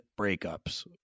breakups